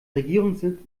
regierungssitz